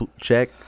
check